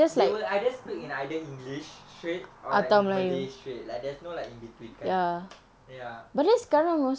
they will either speak in either english straight or like malay straight like there's no like in between kan ya